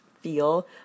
feel